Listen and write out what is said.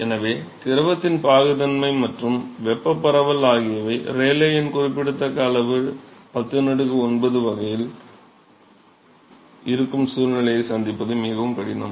எனவே திரவத்தின் பாகுத்தன்மை மற்றும் வெப்பப் பரவல் ஆகியவை ரேலே எண் குறிப்பிடத்தக்க அளவு 109 ஆகும் வகையில் இருக்கும் சூழ்நிலையை சந்திப்பது மிகவும் கடினம்